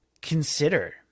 consider